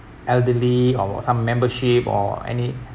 elderly or some membership or any